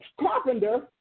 carpenter